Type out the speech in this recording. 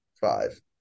five